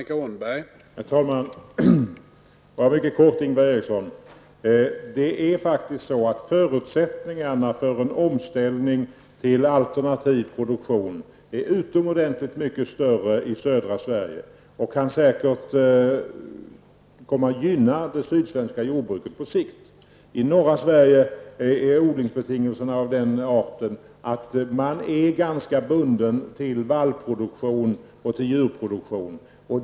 Herr talman! Förutsättningarna för en omställning till alternativ produktion är faktiskt oerhört mycket större i södra Sverige och kan säkert komma att gynna det sydsvenska jordbruket på sikt. I norra Sverige är odlingsbetingelserna av den arten att man är ganska bunden till vallproduktion och djurproduktion.